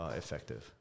effective